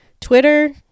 Twitter